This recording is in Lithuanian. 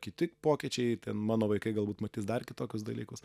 kiti pokyčiai ten mano vaikai galbūt matys dar kitokius dalykus